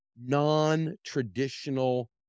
non-traditional